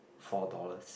four dollars